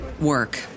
work